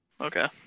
Okay